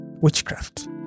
witchcraft